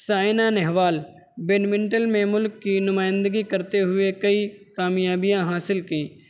Saina Nehwal badminton میں ملک کی نمائندگی کرتے ہوئے کئی کامیابیاں حاصل کی